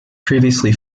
previously